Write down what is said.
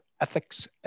ethics